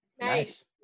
nice